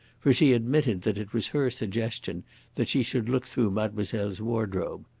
for she admitted that it was her suggestion that she should look through mademoiselle's wardrobe.